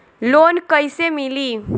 Loan कइसे मिली?